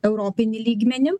europinį lygmenį